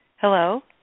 Hello